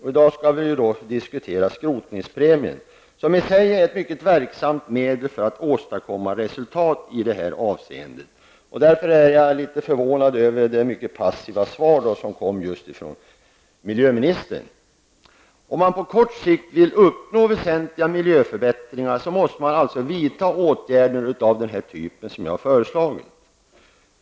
I dag skall vi diskutera skrotningspremien, som i sig är ett mycket verksamt medel för att åstadkomma resultat i det här avseendet. Därför är jag litet förvånad över det mycket passiva svaret från miljöministern. Om man på kort sikt vill uppnå väsentliga miljöförbättringar, måste man alltså vidta åtgärder av det slag som jag har föreslagit.